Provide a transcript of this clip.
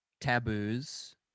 taboos